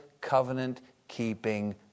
covenant-keeping